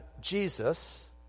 Jesus